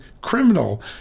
criminal